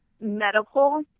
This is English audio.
medical